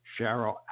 Cheryl